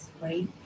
right